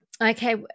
okay